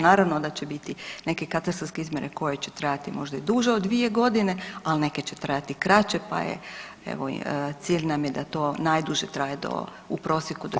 Naravno da će biti neke katastarske izmjere koje će trajati možda i duže od 2.g., al neke će trajati i kraće, pa evo cilj nam je da to najduže traje do, u prosjeku do 2.g.